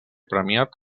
premiat